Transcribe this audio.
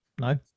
No